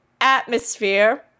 atmosphere